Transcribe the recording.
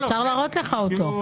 אפשר להראות לך אותו.